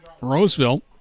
Roseville